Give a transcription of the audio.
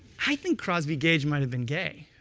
i think crosby gaige might have been gay.